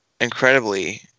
incredibly